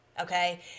Okay